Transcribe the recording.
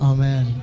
Amen